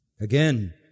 Again